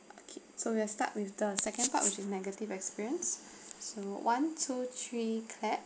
okay so we will start with the second part which is negative experience so one two three clap